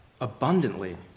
abundantly